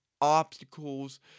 obstacles